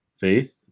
faith